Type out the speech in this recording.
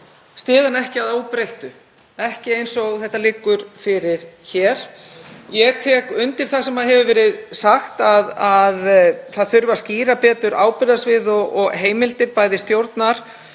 ég hana ekki að óbreyttu, ekki eins og hún liggur fyrir hér. Ég tek undir það sem hefur verið sagt, að það þurfi að skýra betur ábyrgðarsvið og heimildir stjórnar